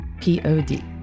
Pod